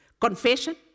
confession